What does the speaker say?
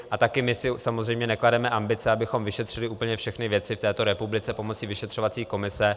A také my si samozřejmě neklademe ambice, abychom vyšetřili úplně všechny věci v této republice pomocí vyšetřovací komise.